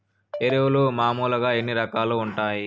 ఎరువులు మామూలుగా ఎన్ని రకాలుగా వుంటాయి?